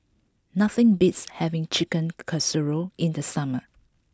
nothing beats having Chicken Casserole in the summer